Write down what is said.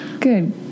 Good